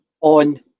on